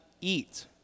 eat